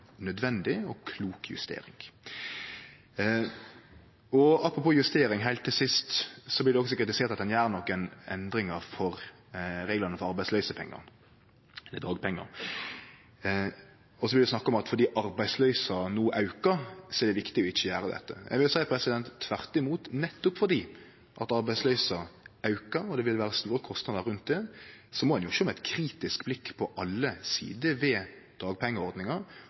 nødvendig og klok justering. Apropos justering, heilt til sist: Det blir også kritisert at ein gjer nokre endringar i reglane for arbeidsløysepengar, dagpengar. Så blir det snakk om at fordi arbeidsløysa no aukar, er det viktig å ikkje gjere dette. Eg vil seie tvert imot. Nettopp fordi arbeidsløysa aukar og det vil vere store kostnader i den samanhengen, må ein sjå med eit kritisk blikk på alle sider ved dagpengeordninga.